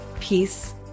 peace